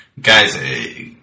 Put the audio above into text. guys